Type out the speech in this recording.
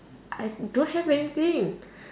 I don't have anything